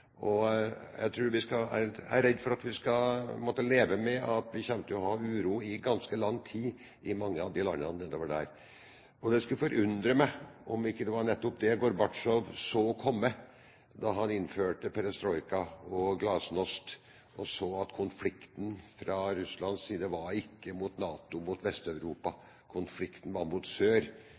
Jeg er redd vi må leve med at vi kommer til å ha uro i ganske lang tid i mange av disse landene. Det skulle forundre meg om det ikke var det Gorbatsjov så komme da han innførte perestrojka og glasnost; han så at konflikten fra Russlands side ikke var vendt mot NATO, mot Vest-Europa. Konflikten var vendt mot sør,